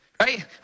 Right